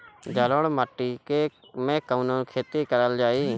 जलोढ़ माटी में कवन खेती करल जाई?